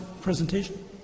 presentation